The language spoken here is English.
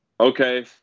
Okay